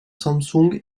samsung